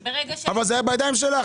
זה היה בידיים שלך.